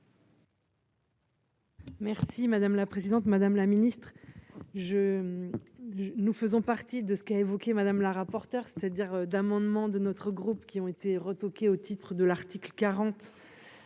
Merci madame la présidente, madame la Ministre je nous faisons partie de ce qu'a évoqué Madame la rapporteure, c'est-à-dire d'amendement de notre groupe, qui ont été retoquée au titre de l'article 40